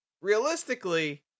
realistically